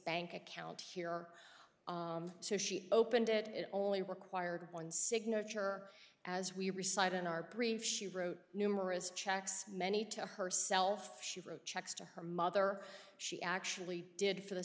bank account here are opened it only required one signature as we recite in our brief she wrote numerous checks many to herself she wrote checks to her mother she actually did for the